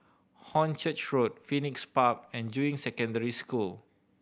Hornchurch Road Phoenix Park and Juying Secondary School